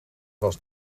was